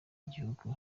igihugu